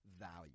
value